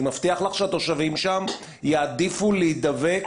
אני מבטיח לך שהתושבים שם יעדיפו להידבק